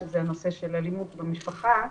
שזה נושא של אלימות במשפחה,